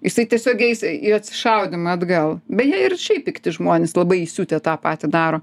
jisai tiesiog eis į atsišaudymą atgal beje ir šiaip pikti žmonės labai įsiutę tą patį daro